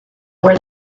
where